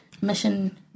mission